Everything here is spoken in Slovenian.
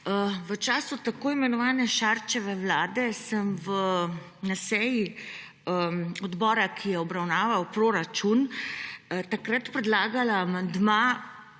V času tako imenovane Šarčeve vlade sem na seji odbora, ki je obravnaval proračun, takrat predlagala